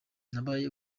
nabaye